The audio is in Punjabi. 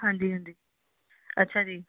ਹਾਂਜੀ ਹਾਂਜੀ ਅੱਛਾ ਜੀ